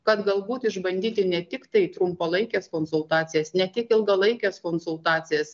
kad galbūt išbandyti ne tiktai trumpalaikes konsultacijas ne tik ilgalaikes konsultacijas